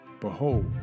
Behold